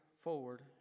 forward